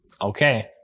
okay